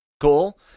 Cool